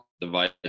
device